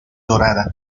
dorada